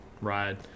ride